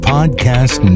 Podcast